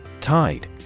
Tide